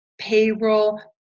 Payroll